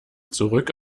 zurück